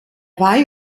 war